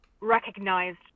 recognized